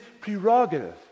prerogative